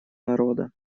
народа